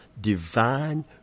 divine